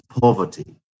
poverty